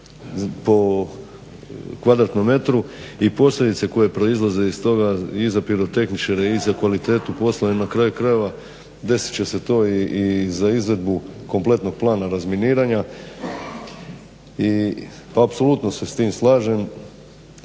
po kvadratnom metru i posljedice koje proizlaze iz toga i za pirotehničare i za kvalitetu posla i na kraju krajeva desit će se to i za izradu kompletnog plana razminiranja i apsolutno se s tim slažem.